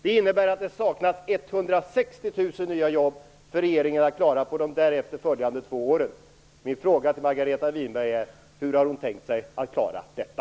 Det innebär att det saknas 160 000 nya jobb för regeringen att klara för de därefter följande två åren. Margareta Winberg tänkt sig att klara detta?